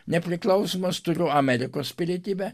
nepriklausomos turiu amerikos pilietybę